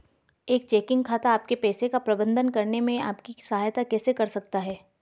एक चेकिंग खाता आपके पैसे का प्रबंधन करने में आपकी सहायता कैसे कर सकता है?